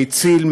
שהציל,